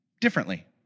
differently